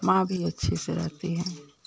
माँ भी अच्छे से रहती है